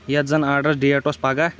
یتھ زن orders date اوس پگاہ